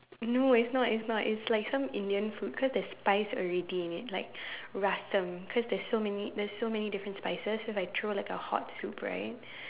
no it's not it's not it's like some Indian food cause there's spice in it already like Rasam cause there's so many there's so many different spices if I throw like a hot soup right